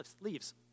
leaves